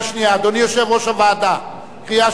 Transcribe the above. אדוני יושב-ראש הוועדה, קריאה שלישית.